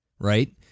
right